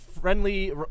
friendly